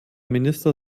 minister